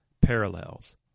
parallels